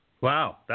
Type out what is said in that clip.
Wow